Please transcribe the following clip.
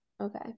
Okay